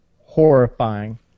Horrifying